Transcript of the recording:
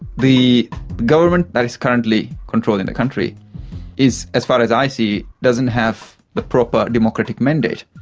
the government that is currently controlling the country is, as far as i see, doesn't have the proper democratic mandate,